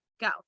go